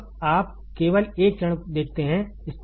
अब आप केवल एक चरण देखते हैं